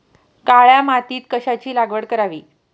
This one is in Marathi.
काळ्या मातीत कशाची लागवड करावी?